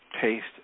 taste